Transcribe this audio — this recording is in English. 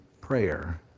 prayer